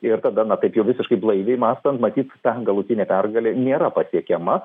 ir tada na taip jau visiškai blaiviai mąstant matyt ta galutinė pergalė nėra pasiekiama